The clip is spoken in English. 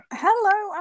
Hello